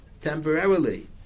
Temporarily